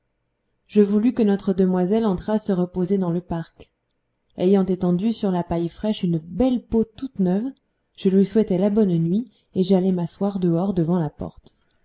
je voulus que notre demoiselle entrât se reposer dans le parc ayant étendu sur la paille fraîche une belle peau toute neuve je lui souhaitai la bonne nuit et j'allai m'asseoir dehors devant la porte